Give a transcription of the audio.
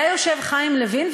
היה יושב חיים יבין,